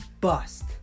bust